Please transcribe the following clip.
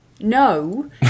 no